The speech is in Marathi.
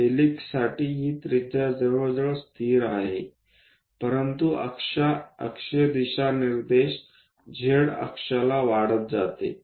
हेलिक्ससाठी ही त्रिज्या जवळजवळ स्थिर आहे परंतु अक्षीय दिशानिर्देश झेड अक्षाला वाढत जाते